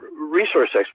resource